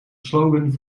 slogan